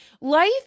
life